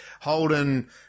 Holden